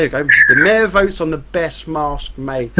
like um go mayor votes on the best mask made.